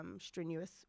strenuous